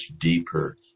deeper